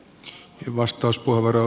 arvoisa puhemies